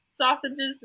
sausages